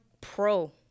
pro